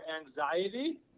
anxiety